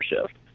shift